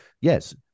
yes